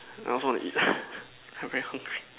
I also want to eat I very hungry